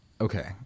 Okay